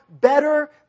better